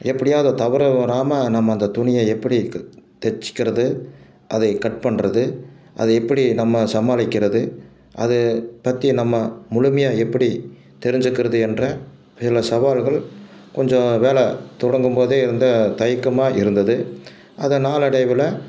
எப்படியாவது தவறு வராமல் நம்ம அந்த துணியை எப்படி இருக்கு தச்சுக்கிறது அதை கட் பண்ணுறது அது எப்படி நம்ம சமாளிக்கிறது அது பற்றி நம்ம முழுமையாக எப்படி தெரிஞ்சுக்கிறது என்ற இதில் சவால்கள் கொஞ்சம் வேலை தொடங்கும் போது இருந்த தயக்கமாக இருந்தது அது நாளடைவில்